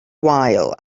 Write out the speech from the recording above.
wael